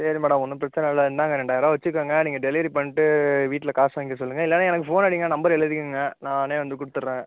சரி மேடோம் ஒன்றும் பிரச்சனை இல்லை இந்தாங்க ரெண்டாயிரரூபா வச்சிக்கங்க நீங்கள் டெலிவரி பண்ணிட்டு வீட்டில் காசு வாங்கிக்க சொல்லுங்கள் இல்லைனா எனக்கு ஃபோன் அடிங்க நம்பரு எழுதிக்கங்க நான் வந்து கொடுத்துறேன்